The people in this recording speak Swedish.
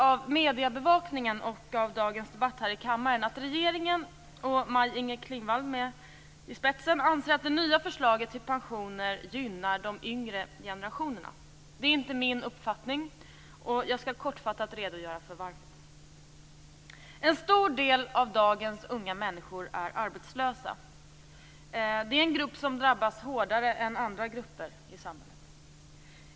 Av mediebevakningen och av dagens debatt här i kammaren har jag förstått att regeringen med Maj Inger Klingvall i spetsen anser att det nya förslaget till pensioner gynnar de yngre generationerna. Det är inte min uppfattning. Jag skall kortfattat redogöra för varför det inte är det. En stor del av dagens unga människor är arbetslösa. Det är en grupp som drabbas hårdare än andra grupper i samhället.